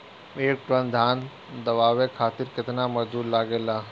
एक टन धान दवावे खातीर केतना मजदुर लागेला?